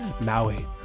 maui